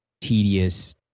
tedious